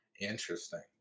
Interesting